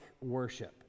worship